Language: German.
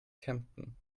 kempten